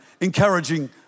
encouraging